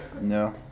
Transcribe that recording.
No